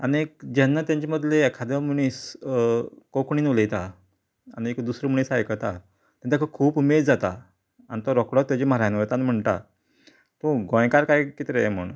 आनी एक जेन्ना तेंचें मदले एखादो मनीस कोंकणीन उलयता आनी एक दुसरो मनीस आयकता आनी तेका खूब उमेद जाता आनी तो रोखडोच ताजे म्हऱ्यांन वता आनी म्हणटा तूं गोंयकार काय कितें रे म्हूण